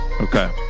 Okay